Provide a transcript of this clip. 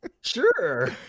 sure